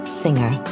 singer